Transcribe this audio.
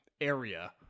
area